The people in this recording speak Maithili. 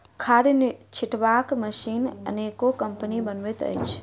खाद छिटबाक मशीन अनेको कम्पनी बनबैत अछि